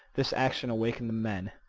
this action awakened the men.